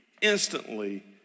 instantly